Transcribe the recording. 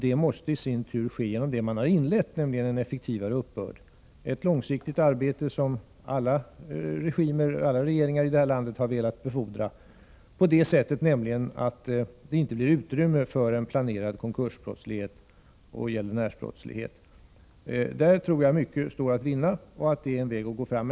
Det måste i sin tur ske genom en fortsättning på det arbete som redan inletts, nämligen en effektivare uppbörd — ett långsiktigt arbete som alla regeringar i det här landet har velat befordra på ett sådant sätt att det inte blir utrymme för en planerad konkursoch gäldenärsbrottslighet. I det avseendet tror jag att mycket står att vinna. Det är alltså en väg.